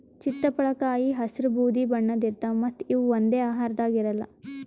ಚಿತ್ತಪಳಕಾಯಿ ಹಸ್ರ್ ಬೂದಿ ಬಣ್ಣದ್ ಇರ್ತವ್ ಮತ್ತ್ ಇವ್ ಒಂದೇ ಆಕಾರದಾಗ್ ಇರಲ್ಲ್